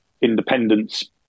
independence